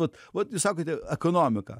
vat vat sakote ekonomika